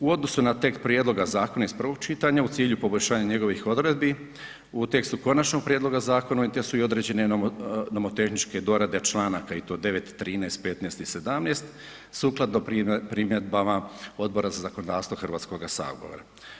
U odnosu na tijek prijedloga zakona iz prvog čitanja, u cilju poboljšanja njegovih odredbi, u tekstu konačnog prijedloga zakona ... određene nomotehničke dorade članaka i to 9., 13., 15. i 17. sukladno primjedbama Odbora za zakonodavstvo Hrvatskoga sabora.